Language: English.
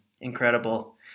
Incredible